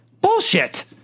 bullshit